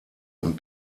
und